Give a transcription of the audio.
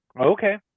Okay